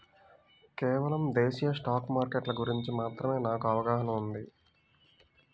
కేవలం దేశీయ స్టాక్ మార్కెట్ల గురించి మాత్రమే నాకు అవగాహనా ఉంది